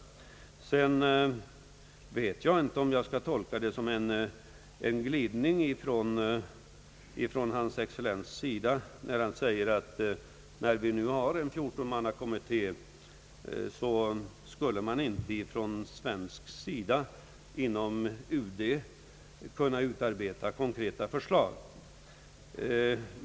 Sedan vet jag inte om jag skall tolka det som en glidning från hans excellens när han säger, att eftersom vi har en 14-mannakommitté, skulle man inte från svensk sida inom UD kunna utarbeta konkreta förslag.